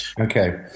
Okay